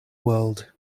world